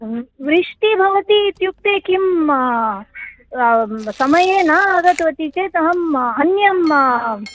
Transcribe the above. वृष्टिः भवति इत्युक्ते किं समये न आगतवती चेत् अहम् अन्यं